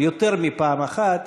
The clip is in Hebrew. אבל יותר מפעם אחת,